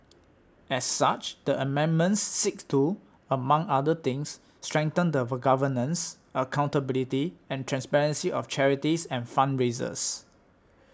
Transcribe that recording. as such the amendments seek to among other things strengthen the governance accountability and transparency of charities and fundraisers